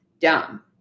dumb